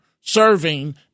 serving